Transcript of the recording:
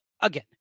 Again